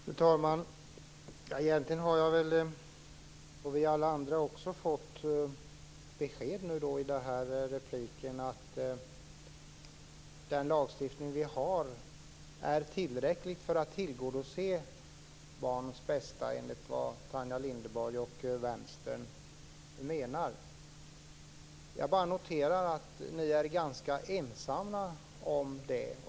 Fru talman! Egentligen har vi alla fått besked i den här repliken att den lagstiftning vi har är tillräcklig för att tillgodose barnens bästa enligt vad Tanja Linderborg och Vänstern menar. Jag noterar bara att ni är ganska ensamma om det.